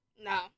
No